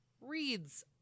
reads